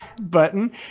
button